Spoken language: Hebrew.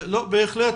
בהחלט.